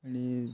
आनी